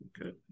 okay